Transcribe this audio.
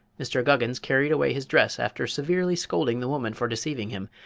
mr. guggins carried away his dress after severely scolding the woman for deceiving him,